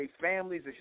families